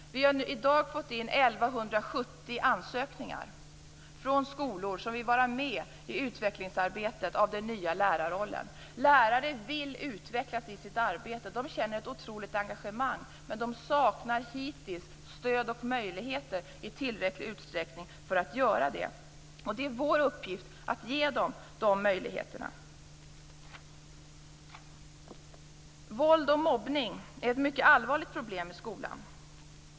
Vi har i dag fått in 1 170 ansökningar från skolor som vill vara med i utvecklingsarbetet för den nya lärarrollen. Lärare vill utvecklas i sitt arbete. De känner ett otroligt engagemang. Men de har hittills saknat stöd och möjligheter i tillräcklig utsträckning för att göra det. Det är vår uppgift att ge dem de möjligheterna. Våld och mobbning är ett mycket allvarligt problem i skolan.